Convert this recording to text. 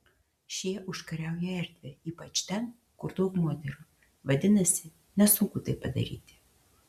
šie užkariauja erdvę ypač ten kur daug moterų vadinasi nesunku tai padaryti